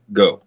go